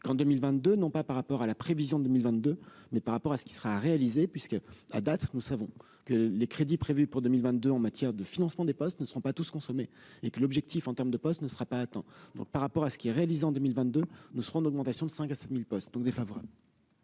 2022, non pas par rapport à la prévision 2022, mais par rapport à ce qui sera réalisé puisque à date, nous savons que les crédits prévus pour 2022 en matière de financement des postes ne seront pas tous consommés et que l'objectif en terme de poste ne sera pas atteint donc par rapport à ce qui est réalisé en 2022, nous serons en augmentation de 5 à 7000 postes donc défavorable.